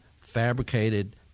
fabricated